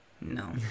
No